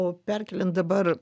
o perkeliant dabar